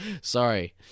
Sorry